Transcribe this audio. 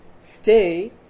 stay